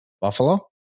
Buffalo